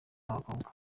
b’abakobwa